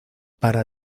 para